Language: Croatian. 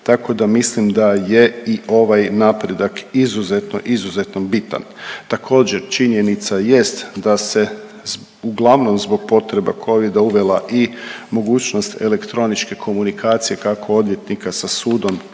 tako da mislim da je i ovaj napredak izuzetno, izuzetno bitan. Također, činjenica jest da se uglavnom zbog potreba Covida uvela i mogućnost elektroničke komunikacije, kako odvjetnika sa sudom